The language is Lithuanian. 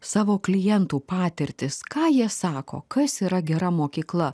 savo klientų patirtis ką jie sako kas yra gera mokykla